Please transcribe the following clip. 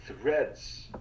threads